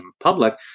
public